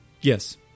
Yes